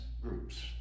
groups